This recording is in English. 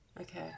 Okay